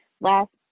last